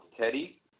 Teddy